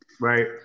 right